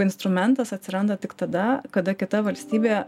instrumentas atsiranda tik tada kada kita valstybė